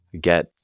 get